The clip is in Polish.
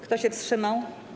Kto się wstrzymał?